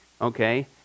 Okay